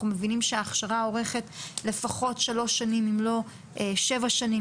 אנחנו מבינים שההכשרה עורכת לפחות שלוש שנים אם לא שבע שנים,